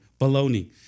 baloney